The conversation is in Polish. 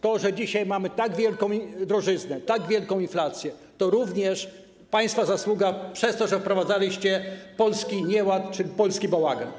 To, że dzisiaj mamy tak wielką drożyznę, tak wielką inflację, to również państwa zasługa, dlatego że wprowadzaliście polski nieład czy polski bałagan.